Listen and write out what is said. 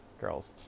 Girls